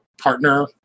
partner